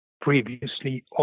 previously